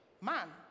Man